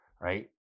right